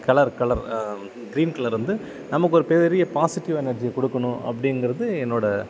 colour colour green colour வந்து நமக்கொரு பெரிய பாசிட்டிவ் எனர்ஜியை கொடுக்கணும் அப்படிங்கிறது என்னோட